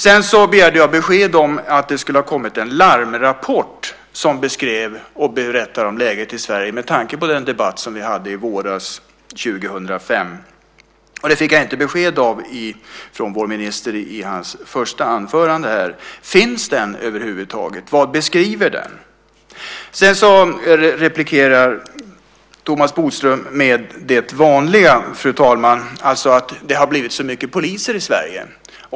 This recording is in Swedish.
Sedan begärde jag besked om den larmrapport om läget i Sverige som skulle ha kommit, med tanke på den debatt vi hade våren 2005. Jag fick inget sådant besked av vår minister i hans första anförande. Finns den över huvud taget? Vad beskriver den? Sedan replikerar Thomas Bodström med det vanliga, fru talman, nämligen att det har blivit så mycket poliser i Sverige.